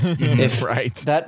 Right